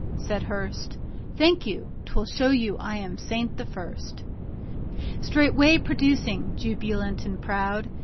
said hearst thank you twill show you i am saint the first straightway producing, jubilant and proud,